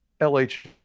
LH